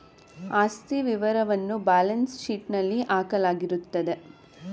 ಆಸ್ತಿ ವಿವರವನ್ನ ಬ್ಯಾಲೆನ್ಸ್ ಶೀಟ್ನಲ್ಲಿ ಹಾಕಲಾಗಿರುತ್ತದೆ